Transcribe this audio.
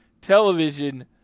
television